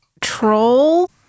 Troll